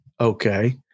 okay